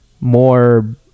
more